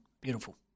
Beautiful